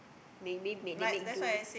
may~ maybe they make do